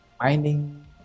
mining